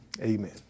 Amen